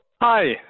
Hi